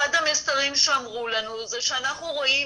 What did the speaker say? אחד המסרים שאמרו לנו זה שאנחנו רואים